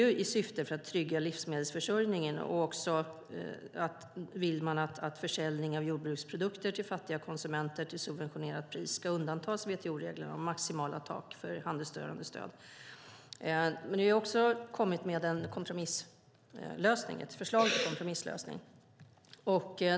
Man vill också att försäljning av jordbruksprodukter till fattiga konsumenter till subventionerat pris ska undantas WTO-reglerna om maximala tak för handelsstörande stöd. Vi har kommit med ett förslag till kompromisslösning.